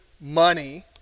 money